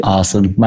Awesome